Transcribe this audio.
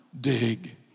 dig